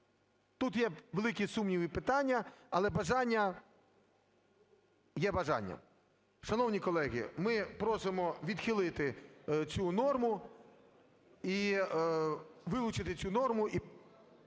тут є великі сумніви і питання, але бажання є бажання. Шановні колеги, ми просимо відхилити цю норму, вилучити цю норму.